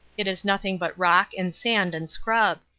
it is nothing but rock and sand and scrub.